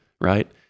right